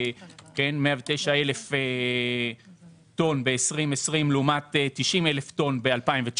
מ-109,000 טון בשנת 2020 לעומת 90,000 טון ב-2019,